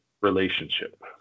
relationship